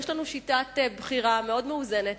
יש לנו שיטת בחירה מאוד מאוזנת.